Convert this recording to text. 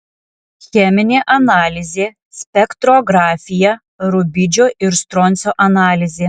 cheminė analizė spektrografija rubidžio ir stroncio analizė